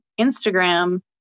Instagram